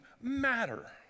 matter